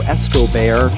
Escobar